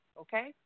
okay